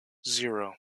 zero